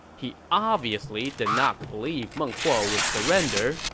he obviously did not believe meng huo would surrender,